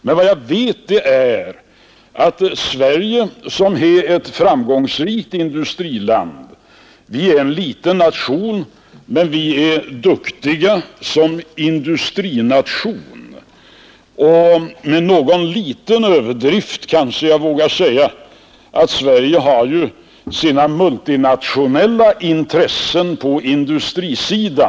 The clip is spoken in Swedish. Men vårt land är ett framgångsrikt industriland. Sverige är en liten nation men en duktig industrination, och med någon liten överdrift kanske jag vågar säga att Sverige har sina multinationella intressen på industrisidan.